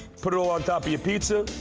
put it all on top of your pizza.